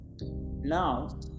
now